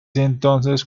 entonces